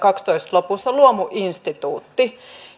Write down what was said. lopussa luomuinstituutti